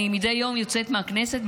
אני מדי יום יוצאת מהכנסת,